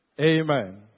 Amen